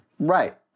Right